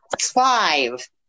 five